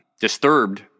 disturbed